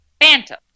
Phantom